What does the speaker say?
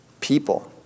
people